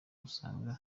usanga